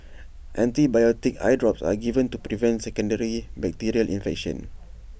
antibiotic eye drops are given to prevent secondary bacterial infection